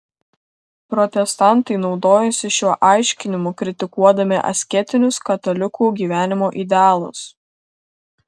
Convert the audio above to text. protestantai naudojasi šiuo aiškinimu kritikuodami asketinius katalikų gyvenimo idealus